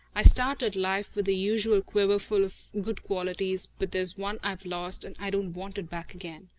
i started life with the usual quiverful of good qualities, but there's one i've lost, and i don't want it back again.